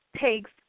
takes